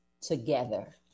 together